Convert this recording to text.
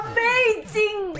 Amazing